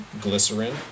glycerin